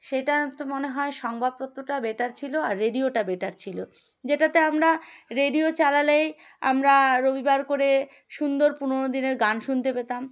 সেটার তো মনে হয় সংবাদপত্রটা বেটার ছিল আর রেডিওটা বেটার ছিল যেটাতে আমরা রেডিও চালালেই আমরা রবিবার করে সুন্দর পুরনো দিনের গান শুনতে পেতাম